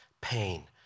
Pain